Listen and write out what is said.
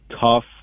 tough